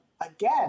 again